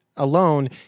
alone